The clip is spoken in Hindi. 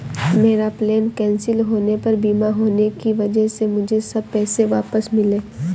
मेरा प्लेन कैंसिल होने पर बीमा होने की वजह से मुझे सब पैसे वापस मिले